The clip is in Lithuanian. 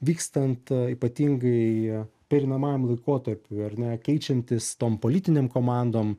vykstant ypatingai pereinamajam laikotarpiui ar ne keičiantis tom politinėm komandom